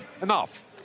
Enough